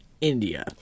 india